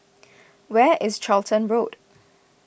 where is Charlton Road